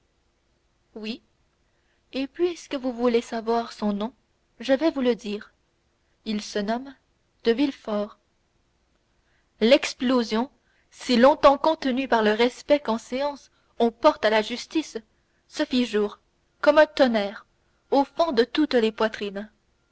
oui et puisque vous voulez savoir son nom je vais vous le dire il se nomme de villefort l'explosion si longtemps contenue par le respect qu'en séance on porte à la justice se fit jour comme un tonnerre du fond de toutes les poitrines